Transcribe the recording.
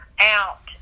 out